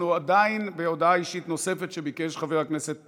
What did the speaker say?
אנחנו בהודעה אישית נוספת שביקש חבר הכנסת